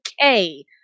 okay